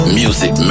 music